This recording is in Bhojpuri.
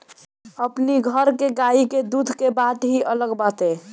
अपनी घर के गाई के दूध के बात ही अलग बाटे